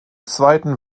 zweiten